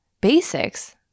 basics